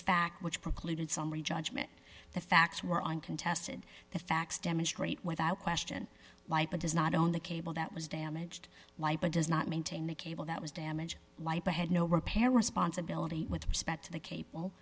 fact which precluded summary judgment the facts were uncontested the facts demonstrate without question like it is not only cable that was damaged life does not maintain the cable that was damaged i had no repair responsibility with respect to the cable